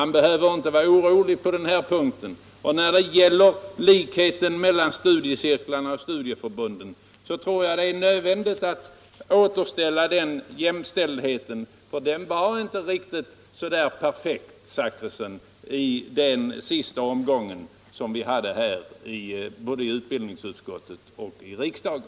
När det gäller uppsökandeverksamheten för vuxenstudier på arbetsplatserna, så blev den ensidig till visst studieförbunds förmån. Jag tror att det är nödvändigt att återställa jämställdheten därvidlag, för den var inte så perfekt, herr Zachrisson, efter de senaste besluten i utbildningsutskottet och i riksdagen.